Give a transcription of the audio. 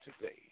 today